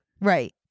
Right